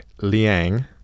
Liang